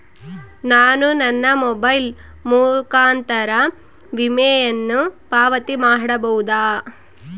ನಾನು ನನ್ನ ಮೊಬೈಲ್ ಮುಖಾಂತರ ವಿಮೆಯನ್ನು ಪಾವತಿ ಮಾಡಬಹುದಾ?